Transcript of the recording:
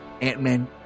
Ant-Man